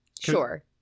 Sure